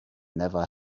never